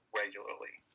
regularly